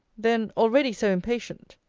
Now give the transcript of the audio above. then, already so impatient!